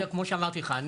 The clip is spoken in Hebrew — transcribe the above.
כמו שאמרתי לך,